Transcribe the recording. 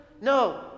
No